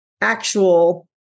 actual